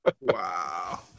Wow